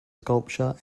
sculpture